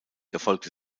erfolgte